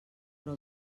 però